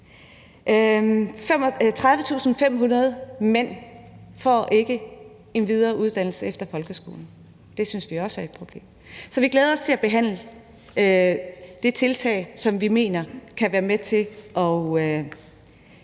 30.500 mænd får ikke en videregående uddannelse efter folkeskolen. Det synes vi også er et problem. Så vi glæder os til at forhandle det tiltag, som vi mener kan være med til at